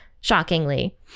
shockingly